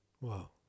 Wow